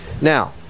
Now